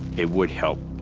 it would help,